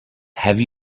have